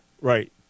Right